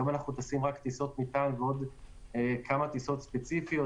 היום אנו טסים רק טיסות מטען ועוד כמה טיסות ספציפיות.